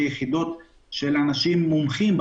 אלה יחידות של אנשים מומחים,